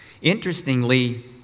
Interestingly